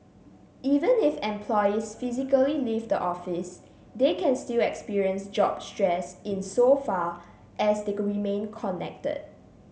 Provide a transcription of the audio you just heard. even if employees physically leave the office they can still experience job stress insofar as they remain connected